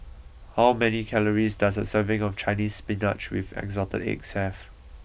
how many calories does a serving of Chinese Spinach with Assorted Eggs have